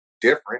different